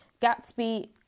Gatsby